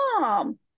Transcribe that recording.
mom